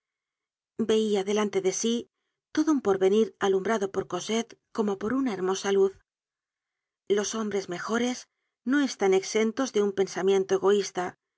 veia delante de sí todo un porvenir alumbrado por cosette como por una hermosa luz los hombres mejores no están exentos de un pensamiento egoísta